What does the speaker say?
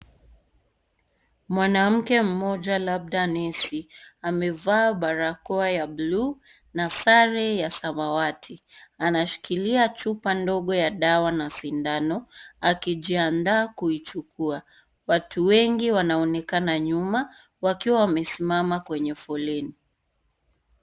Mwanamke mmoja labda nesi amevaa barakoa ya buluu na sare ya samawati. Anashikilia chupa ndogo ya dawa na sindano akijiandaa kuichukua. Watu wengi wanaonekana nyuma wakiwa wamesimama kwenye foleni.